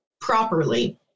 properly